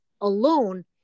alone